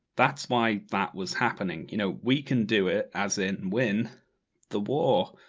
that's why that was happening. you know, we can do it, as in win the war!